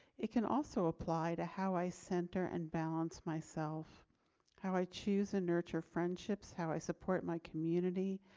it can also apply to how i center and balance myself how i choose and nurture friendships, how i support my community.